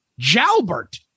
Jalbert